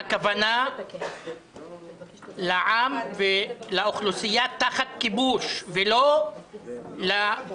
הכוונה לעם ולאוכלוסייה תחת כיבוש ולא לכובשים.